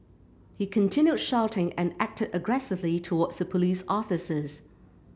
he continued shouting and acted aggressively towards the police officers